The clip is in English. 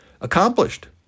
accomplished